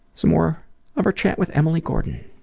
some more of our chat with emily gordon.